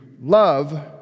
love